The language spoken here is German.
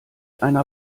einer